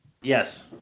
Yes